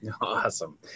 awesome